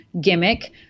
gimmick